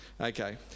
Okay